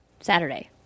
Saturday